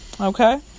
Okay